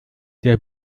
der